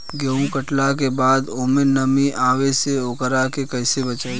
गेंहू कटला के बाद ओमे नमी आवे से ओकरा के कैसे बचाई?